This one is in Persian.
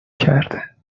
کرده